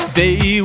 day